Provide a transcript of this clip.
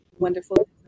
wonderful